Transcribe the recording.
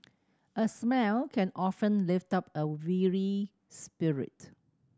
a smile can often lift up a weary spirit